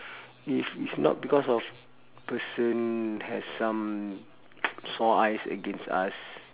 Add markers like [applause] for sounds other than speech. if is not because of person has some [noise] sore eyes against us